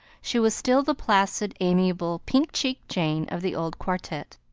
she was still the placid, amiable, pink-cheeked jane of the old quartette,